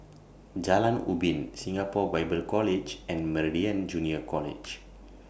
Jalan Ubin Singapore Bible College and Meridian Junior College